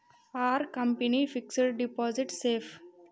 Are company fixed deposit safe?